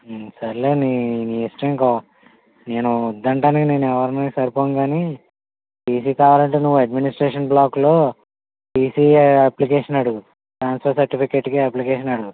సరేలే నీ నీ ఇష్టం ఇంక నేను వద్దనటానికి నేను ఎవరిని సరిపోను కానీ టీసీ కావాలంటే నువ్వు అడ్మినిస్ట్రేషన్ బ్లాకులో టీసీ అప్లికేషన్ అడుగు ట్రాన్స్ఫర్ సర్టిఫికెట్కి అప్లికేషన్ అడుగు